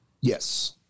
Yes